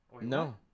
No